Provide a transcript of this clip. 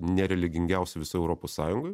nereligingiausia visoj europos sąjungoj